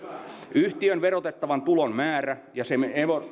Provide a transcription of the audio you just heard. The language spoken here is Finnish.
yhtiön verotettavan tulon määrä ja sen